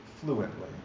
fluently